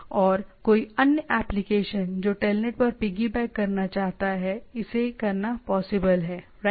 और कोई अन्य एप्लिकेशन जो टेलनेट पर पिग्गीबैक करना चाहता है इसे करना पॉसिबल है राइट